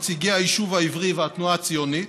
נציגי היישוב העברי והתנועה הציונית,